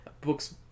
books